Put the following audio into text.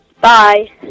Bye